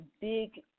big